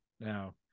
now